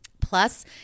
Plus